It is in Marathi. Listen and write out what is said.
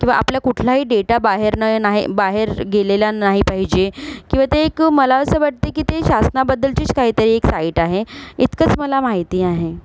किंवा आपला कुठलाही डेटा बाहेर नाही नाही बाहेर गेलेला नाही पाहिजे किंवा ते एक मला असं वाटते की ते शासनाबद्दलचीच काहीतरी एक साईट आहे इतकंच मला माहिती आहे